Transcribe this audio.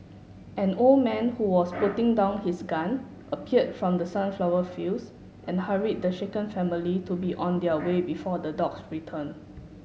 an old man who was putting down his gun appeared from the sunflower fields and hurried the shaken family to be on their way before the dogs return